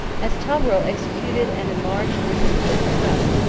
as togrul executed and enlarged this important trust,